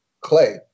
clay